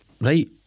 Right